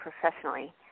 professionally